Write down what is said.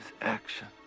action